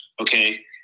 Okay